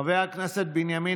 חברת הכנסת יוסי שיין?